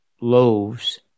loaves